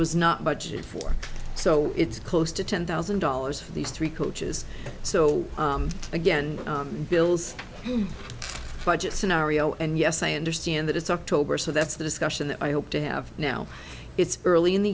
was not budget for so it's close to ten thousand dollars for these three coaches so again bills budget scenario and yes i understand that it's october so that's the discussion that i hope to have now it's early in the